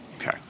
Okay